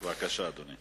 בבקשה, אדוני.